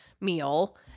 meal